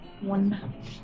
One